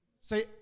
Say